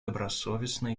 добросовестно